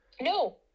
No